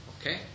okay